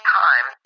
time